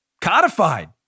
codified